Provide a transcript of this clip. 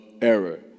error